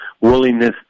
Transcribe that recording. willingness